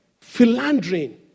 philandering